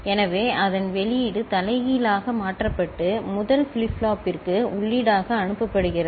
எனவே அதன் வெளியீடு தலைகீழாக மாற்றப்பட்டு முதல் ஃபிளிப் ஃப்ளாப்பிற்கு உள்ளீடாக அனுப்பப்படுகிறது